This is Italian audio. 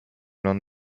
non